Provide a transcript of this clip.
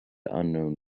unknown